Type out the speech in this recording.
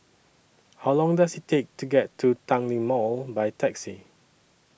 How Long Does IT Take to get to Tanglin Mall By Taxi